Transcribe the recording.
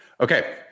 Okay